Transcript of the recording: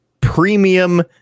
premium